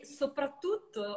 soprattutto